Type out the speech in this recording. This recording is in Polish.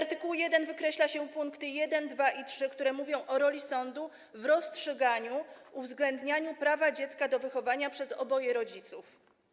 Z art. 1 wykreśla się pkt 1, 2 i 3, które mówią o roli sądu w rozstrzyganiu, uwzględnianiu prawa dziecka do wychowania przez oboje rodziców.